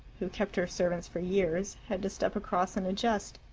who kept her servants for years, had to step across and adjust.